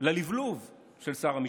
ללבלוב של שר המשפטים.